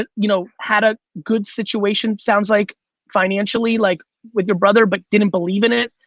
ah you know had a good situation sounds like financially, like with your brother but didn't believe in it.